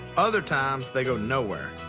other times, they go nowhere.